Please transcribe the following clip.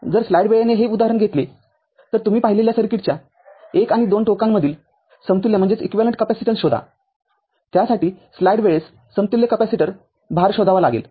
तर जर स्लाइड वेळेने हे उदाहरण घेतले तर तुम्ही पाहिलेल्या सर्किटच्या १आणि २ टोकांमधील समतुल्य कॅपेसिटन्स शोधा त्यासाठी स्लाईड वेळेस समतुल्य कॅपेसिटर 03Capacitor भार शोधावा लागेल